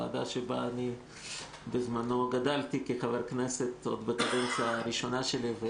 ועדה שבזמנו גדלתי בה כחבר כנסת עוד בקדנציה הראשונה שלי,